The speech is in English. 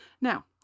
Now